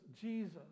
Jesus